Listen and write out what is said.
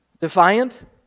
defiant